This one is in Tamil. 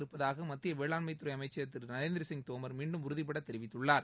இருப்பதாக மத்திய துறை அமைச்சர் திரு நரேந்திர சிங் தோமர் மீண்டும் உறுதிபட தெரிவித்துள்ளார்